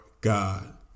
God